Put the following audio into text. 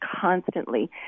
constantly